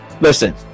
listen